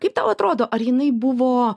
kaip tau atrodo ar jinai buvo